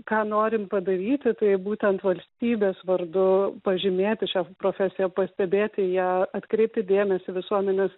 ką norim padaryti tai būtent valstybės vardu pažymėti šią profesiją pastebėti ją atkreipti dėmesį visuomenės